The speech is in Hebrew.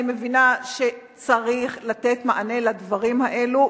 אני מבינה שצריך לתת מענה לדברים האלו,